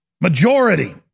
Majority